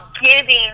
giving